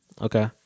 Okay